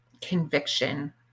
conviction